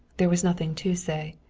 there was nothing to say.